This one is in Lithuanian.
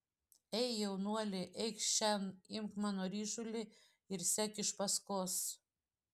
ei jaunuoli eikš šen imk mano ryšulį ir sek iš paskos